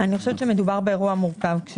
אני חושבת שמדובר באירוע מורכב.